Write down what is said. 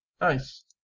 Nice